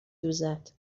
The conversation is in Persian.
دوزد